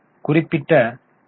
குறிப்பிட்ட ஈ